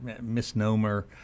misnomer